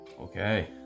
Okay